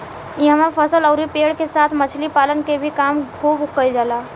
इहवा फसल अउरी पेड़ के साथ मछली पालन के भी काम खुब कईल जाला